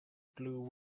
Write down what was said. blew